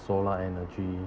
solar energy